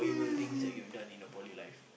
mm